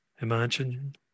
Imagine